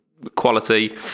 quality